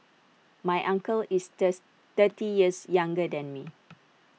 my uncle is thirty years younger than me